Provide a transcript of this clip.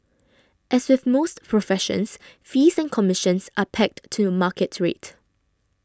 as with most professions fees and commissions are pegged to a market rate